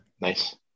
Nice